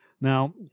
Now